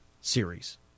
series